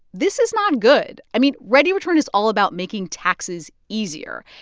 this is not good. i mean, readyreturn is all about making taxes easier.